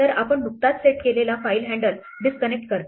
तर आपण नुकताच सेट केलेला फाइल हँडल डिस्कनेक्ट करते